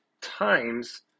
times